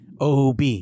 OB